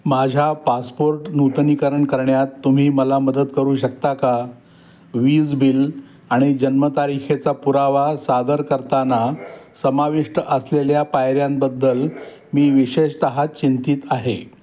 माझ्या पासपोर्ट नूतनीकरण करण्यात तुम्ही मला मदत करू शकता का वीज बिल आणि जन्मतारखेचा पुरावा सादर करताना समाविष्ट असलेल्या पायऱ्यांबद्दल मी विशेषतः चिंतित आहे